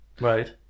Right